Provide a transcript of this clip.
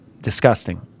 disgusting